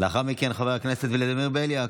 לאחר מכן, חבר הכנסת ולדימיר בליאק.